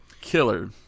killer